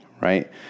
right